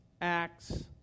acts